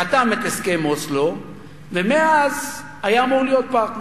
חתם על הסכם אוסלו ומאז היה אמור להיות פרטנר.